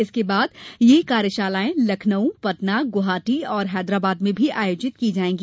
इसके बाद यह कार्यशालायें लखनऊ पटना गुवाहाटी और हैदराबाद में भी आयोजित की जायेंगी